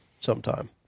sometime